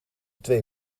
twee